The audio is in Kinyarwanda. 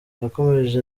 yakomeje